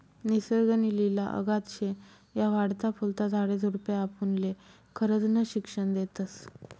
निसर्ग नी लिला अगाध शे, या वाढता फुलता झाडे झुडपे आपुनले खरजनं शिक्षन देतस